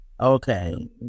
Okay